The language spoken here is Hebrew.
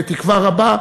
בתקווה רבה,